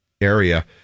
area